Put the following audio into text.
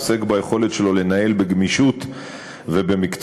עוסק ביכולת שלו לנהל בגמישות ובמקצועיות